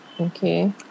okay